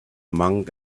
monk